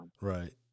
Right